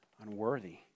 Unworthy